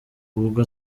ubwo